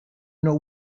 not